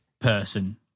person